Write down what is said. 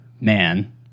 man